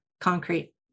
concrete